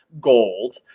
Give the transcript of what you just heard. Gold